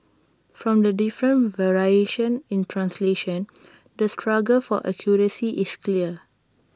from the different variations in translation the struggle for accuracy is clear